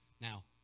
Now